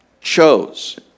chose